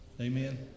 Amen